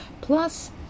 Plus